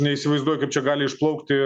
neįsivaizduoju kaip čia gali išplaukti